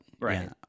Right